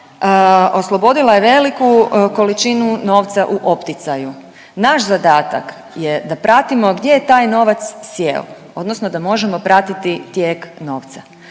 oslobodila je veliku količinu novca u opticaju. Naš zadatak je da pratimo gdje je taj novac sjeo odnosno da možemo pratiti tijek novca.